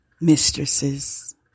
Mistresses